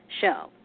show